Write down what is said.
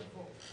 יבוא: